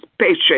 patient